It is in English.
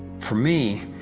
for me,